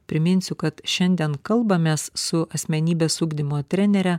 priminsiu kad šiandien kalbamės su asmenybės ugdymo trenere